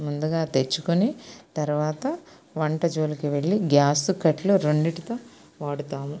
ముందుగా తెచ్చుకొని తర్వాత వంట జోలికి వెళ్ళి గ్యాసు కట్లు రెండిటితో వాడుతాము